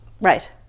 Right